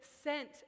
sent